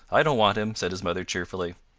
i don't want him, said his mother cheerfully.